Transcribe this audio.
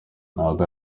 nubwo